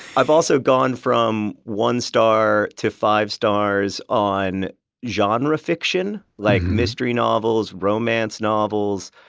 i've also gone from one star to five stars on genre fiction like mystery novels, romance novels.